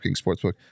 Sportsbook